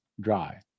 dry